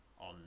on